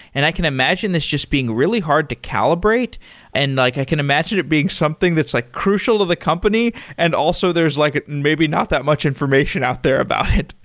and i can imagine that's just being really hard to calibrate and like i can imagine it being something that's like crucial to the company and also there's like maybe not that much information out there about it.